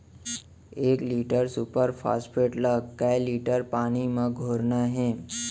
एक litre superphosphate ला कए लीटर पानी मा घोरना हे?